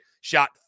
shot